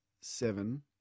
seven